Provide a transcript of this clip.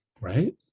Right